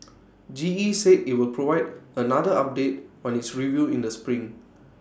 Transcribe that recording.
G E said IT will provide another update on its review in the spring